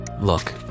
Look